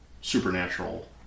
Supernatural